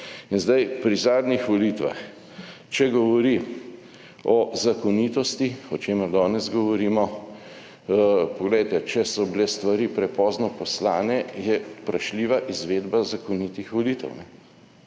pri zadnjih volitvah, če govori o zakonitosti, o čemer danes govorimo, poglejte, če so bile stvari prepozno poslane je vprašljiva izvedba zakonitih volitev.